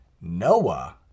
Noah